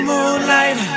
Moonlight